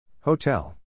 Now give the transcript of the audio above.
Hotel